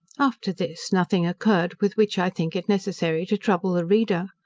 after this nothing occurred with which i think it necessary to trouble the reader.